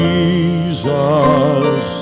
Jesus